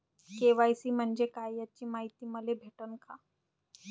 KYC म्हंजे काय याची मायती मले भेटन का?